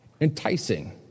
enticing